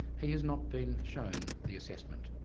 he has not been shown the assessment.